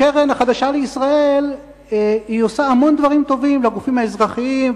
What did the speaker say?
הקרן החדשה לישראל עושה המון דברים טובים לגופים האזרחיים,